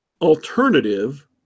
alternative